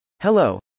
Hello